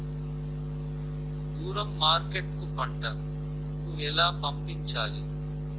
దూరం మార్కెట్ కు పంట ను ఎలా పంపించాలి?